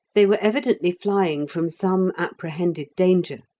they were evidently flying from some apprehended danger,